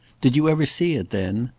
did you ever see it then?